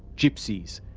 gypsies,